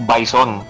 Bison